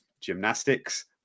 gymnastics